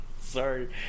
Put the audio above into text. Sorry